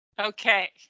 Okay